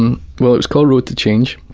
um well, it was called road to change.